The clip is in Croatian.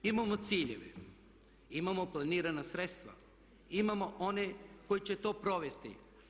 Imamo ciljeve, imamo planirana sredstva, imamo one koji će to provesti.